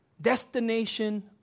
Destination